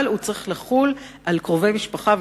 אבל הוא צריך לחול על קרובי משפחה,